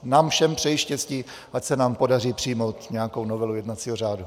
Nám všem přeji štěstí, ať se nám podaří přijmout nějakou novelu jednacího řádu.